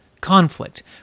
Conflict